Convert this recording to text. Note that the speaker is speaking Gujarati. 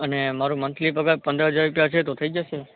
અને મારો મંથલી પગાર પંદર હજાર રૂપિયા છે તો થઇ જશે